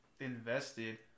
invested